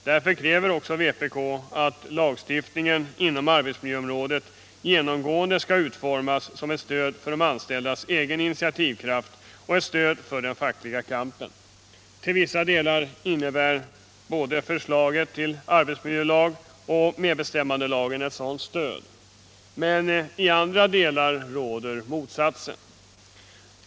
Därför kräver vpk också att lagstiftningen inom arbetsmiljöområdet genomgående skall utformas som ett stöd för de anställdas egen initiativkraft och ett stöd för den fackliga kampen. Till vissa delar innebär både förslaget till arbetsmiljölag och medbestämmandelagen ett sådant stöd. Men i andra delar gäller motsatsen.